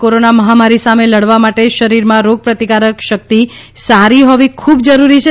રાજયમાં કોરોના મહામારી સામે લડવા માટે શરીરમાં રોગપ્રતિકારક શક્તિ સારી હોવી ખૂબ જરૂરી છે